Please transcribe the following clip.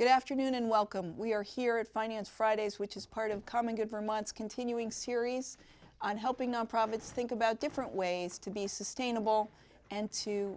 good afternoon and welcome we are here at finance fridays which is part of common good for months continuing series on helping nonprofits think about different ways to be sustainable and to